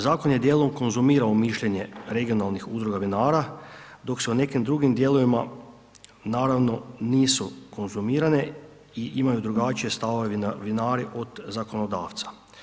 Zakon je dijelom konzumirao mišljenje regionalnih udruga vinara, dok se u nekim drugim dijelovima, naravno, nisu konzumirane i imaju drugačije stavove vinari od zakonodavca.